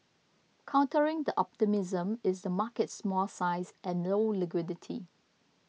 countering the optimism is the market's small size and low liquidity